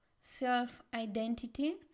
self-identity